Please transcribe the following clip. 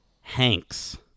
Hanks